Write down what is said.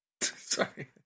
Sorry